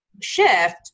shift